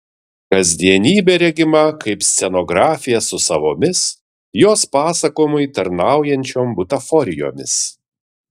kasdienybė regima kaip scenografija su savomis jos pasakojimui tarnaujančiom butaforijomis